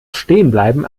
stehenbleiben